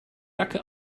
jacke